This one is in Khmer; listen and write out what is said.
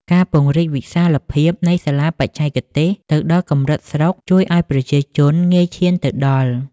ការពង្រីកវិសាលភាពនៃសាលាបច្ចេកទេសទៅដល់កម្រិតស្រុក ជួយឱ្យប្រជាជនងាយឈានទៅដល់។